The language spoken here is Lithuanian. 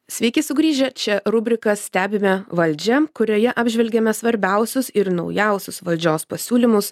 sveiki sugrįžę čia rubrika stebime valdžią kurioje apžvelgiame svarbiausius ir naujausius valdžios pasiūlymus